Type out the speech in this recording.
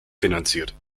finanziert